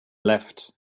left